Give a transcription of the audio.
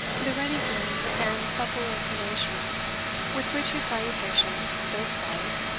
the ready grin and supple inclination with which his salutation, though slight,